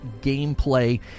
gameplay